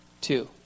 two